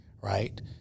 Right